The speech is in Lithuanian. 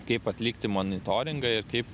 kaip atlikti monitoringą ir kaip